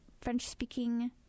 french-speaking